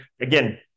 Again